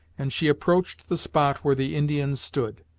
and she approached the spot where the indian stood.